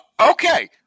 Okay